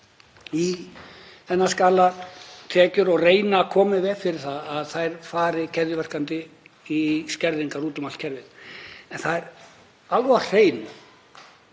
í þennan skala tekjur og reyna að koma í veg fyrir að þær fari keðjuverkandi í skerðingar úti um allt kerfið. En það er alveg á hreinu